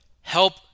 Help